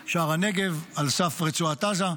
בין היתר כראש המועצה האזורית שער הנגב על סף רצועת עזה,